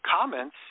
comments